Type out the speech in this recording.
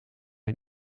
een